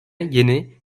yeni